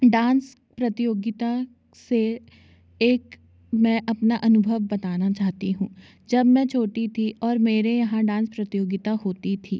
dance प्रतियोगिता से एक मैं अपना अनुभव बताना चाहती हूँ जब मैं छोटी थी और मेरे यहाँ डांस प्रतियोगिता होती थी